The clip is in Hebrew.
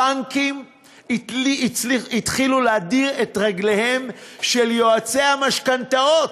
הבנקים התחילו להדיר את רגליהם של יועצי המשכנתאות,